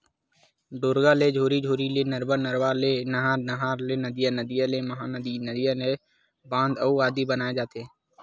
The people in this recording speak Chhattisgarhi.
ढोरगा ले झोरी, झोरी ले नरूवा, नरवा ले नहर, नहर ले नदिया, नदिया ले महा नदिया, नदिया ले बांध आदि बनाय जाथे